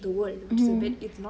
mm